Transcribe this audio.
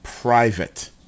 private